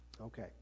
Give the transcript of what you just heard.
Okay